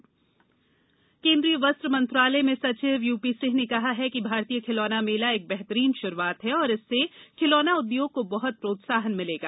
toy fair webinar केन्द्रीय वस्त्र मंत्रालय में सचिव यू पी सिंह ने कहा है भारतीय खिलौना मेला एक बेहतरीन शुरुआत है और इससे खिलौना उद्योग को बहुत प्रोत्साहन मिलेगा